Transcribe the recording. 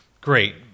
Great